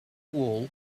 wool